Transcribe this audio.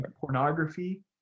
pornography